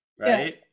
right